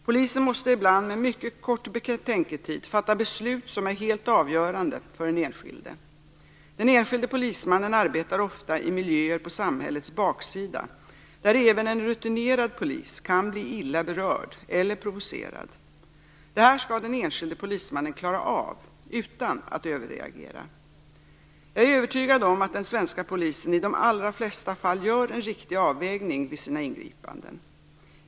Polisen måste ibland med mycket kort betänketid fatta beslut som är helt avgörande för den enskilde. Den enskilde polismannen arbetar ofta i miljöer på samhällets baksida där även en rutinerad polis kan bli illa berörd eller provocerad. Detta skall den enskilde polismannen klara av utan att överreagera. Jag är övertygad om att den svenska polisen i de allra flesta fall gör en riktig avvägning vid sina ingripanden.